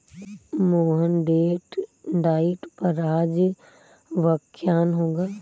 मोहन डेट डाइट पर आज व्याख्यान होगा